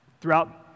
throughout